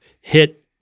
hit